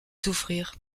souffrir